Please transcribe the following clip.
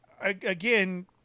again